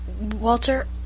Walter